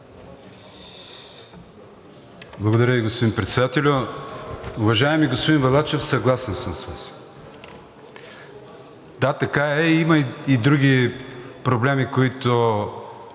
Благодаря Ви, господин Председател. Уважаеми господин Балачев, съгласен съм с Вас. Да, така е, има и други проблеми, които